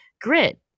grit